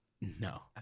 No